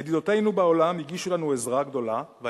ידידותינו בעולם הגישו לנו עזרה גדולה בכיבוי האש,